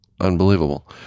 unbelievable